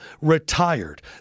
retired